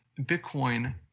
Bitcoin